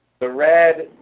the red,